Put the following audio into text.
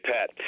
Pat